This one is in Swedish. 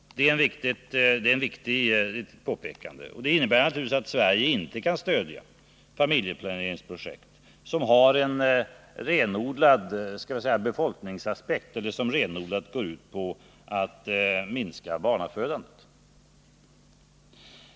Det är ett viktigt påpekande. Det innebär naturligtvis att Sverige inte kan stödja familjeplaneringsprojekt som inte innehåller andra målsättningar än att minska barnafödandet.